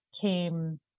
came